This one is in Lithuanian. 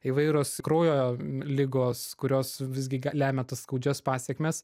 įvairūs kraujo ligos kurios visgi lemia tas skaudžias pasekmes